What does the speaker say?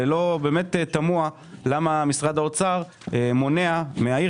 באמת תמוה למה מששרד האוצר מונע מהעיר